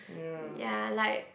ya like